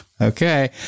okay